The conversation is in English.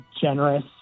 generous